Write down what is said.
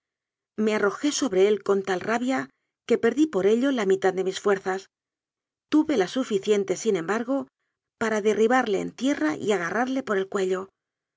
me arrojé sobre él con tal rabia que perdí por ello la mitad de mis fuerzas tuve la su ficiente sin embargo para derribarle en tierra y agarrarle por el cuello